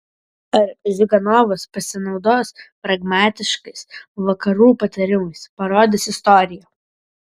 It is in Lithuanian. ar ziuganovas pasinaudos pragmatiškais vakarų patarimais parodys istorija